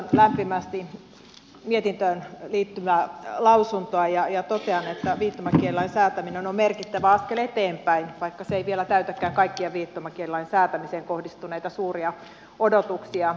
kannatan lämpimästi mietintöön liittyvää lausuntoa ja totean että viittomakielilain säätäminen on merkittävä askel eteenpäin vaikka se ei vielä täytäkään kaikkia viittomakielilain säätämiseen kohdistuneita suuria odotuksia